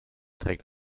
trägt